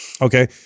Okay